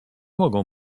mogą